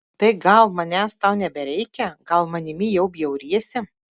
tai gal manęs tau nebereikia gal manimi jau bjauriesi